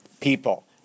people